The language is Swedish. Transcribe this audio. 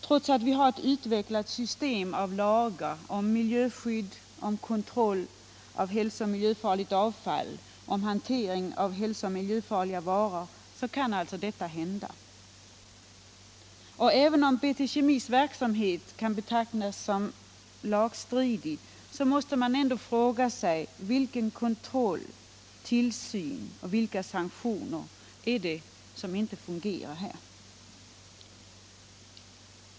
Trots att vi har ett utvecklat system av lagar om miljöskydd, kontroll av hälsooch miljöfarligt avfall och hantering av hälsooch miljöfarliga varor kan alltså detta hända. Och även om BT Kemis verksamhet kan betecknas som lagstridig måste man ändå fråga sig: Vilken kontroll och tillsyn och vilka sanktioner är det som inte har fungerat här?